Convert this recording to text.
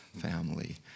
family